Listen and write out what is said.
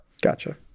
Gotcha